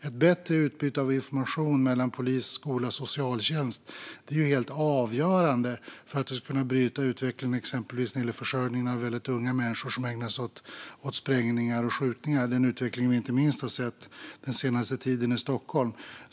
Ett bättre utbyte av information mellan polis, skola och socialtjänst är helt avgörande för att bryta utvecklingen när det gäller exempelvis försörjningen av väldigt unga människor som ägnar sig åt sprängningar och skjutningar. Det är en utveckling som vi den senaste tiden inte minst har sett i Stockholm.